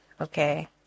okay